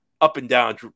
up-and-down